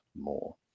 more